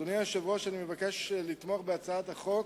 אדוני היושב-ראש, אני מבקש לתמוך בהצעת החוק